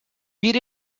beat